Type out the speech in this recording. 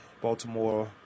Baltimore